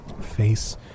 Face